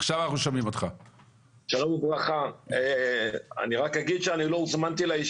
אנחנו משלמים דמי קבורה על פי סעיף 266 לחוק עבור כל אדם נפטר בישראל.